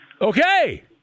Okay